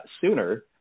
sooner